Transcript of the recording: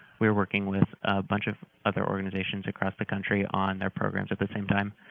we're working with bunch of other organizations across the country on their programs at the same time.